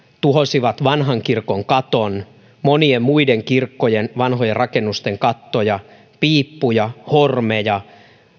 tuhosivat vanhan kirkon katon monien muiden kirkkojen ja vanhojen rakennusten kattoja piippuja hormeja